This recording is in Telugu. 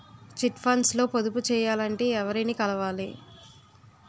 చిట్ ఫండ్స్ లో పొదుపు చేయాలంటే ఎవరిని కలవాలి?